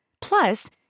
Plus